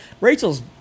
Rachel's